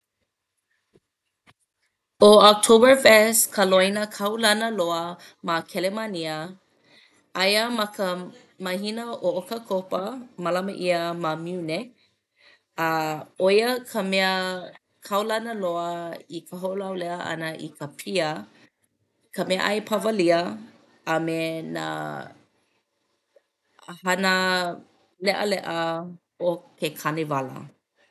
ʻO Oktoberfest ka loina kaulana loa ma Kelemania. Aia ma ka mahina ʻo ʻOkakopa mālama ʻia ma Munich. A ʻo ia ka mea kaulana loa i ka hoʻolauleʻa ʻana i ka pia, ka meaʻai Pawalia a me nā hana leʻaleʻa o ke kāniwala.